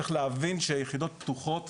צריך להבין שיחידות פתוחות